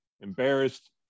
embarrassed